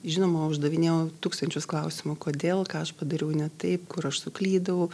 žinoma uždavinėjau tūkstančius klausimų kodėl ką aš padariau ne taip kur aš suklydau